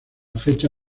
fecha